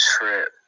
trip